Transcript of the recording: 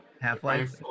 Half-Life